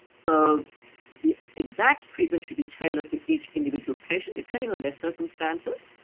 so the exact treatment should be tailored for each individual patient, depending on their circumstances,